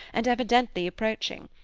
and evidently approaching.